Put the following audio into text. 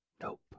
Nope